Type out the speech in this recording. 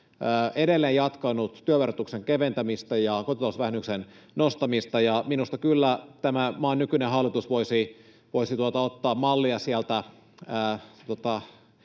edelleen jatkanut työn verotuksen keventämistä ja kotitalousvähennyksen nostamista, ja minusta kyllä tämän maan nykyinen hallitus voisi ottaa mallia sieltä